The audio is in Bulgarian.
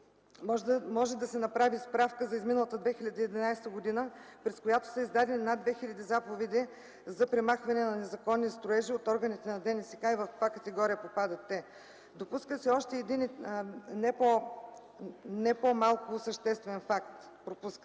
Може да се направи справка за изминалата 2011 г., през която са издадени над 2000 заповеди за премахване на незаконни строежи от органите на ДНСК и в каква категория попадат те. Пропуска се още един не по-малко съществен факт –